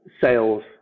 sales